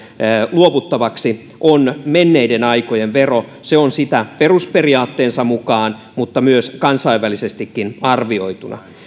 luovuttavaksi on menneiden aikojen vero se on sitä perusperiaatteensa mukaan mutta myös kansainvälisestikin arvioituna